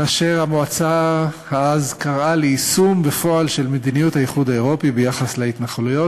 כאשר המועצה קראה ליישום בפועל של מדיניות האיחוד האירופי ביחס להתנחלויות